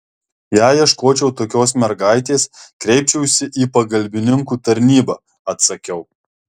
jei ieškočiau tokios mergaitės kreipčiausi į pagalbininkų tarnybą atsakiau